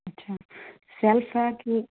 अच्छा सेल्फ़ है कि